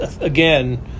again